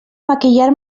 maquillar